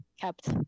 kept